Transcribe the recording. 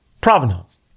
provenance